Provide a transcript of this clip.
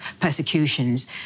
persecutions